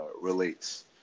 relates